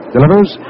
Delivers